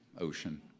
ocean